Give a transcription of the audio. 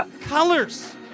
colors